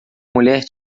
mulher